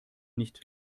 nicht